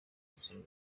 gusoma